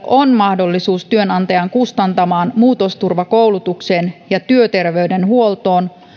on mahdollisuus työnantajan kustantamaan muutosturvakoulutukseen ja työterveydenhuoltoon